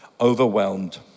overwhelmed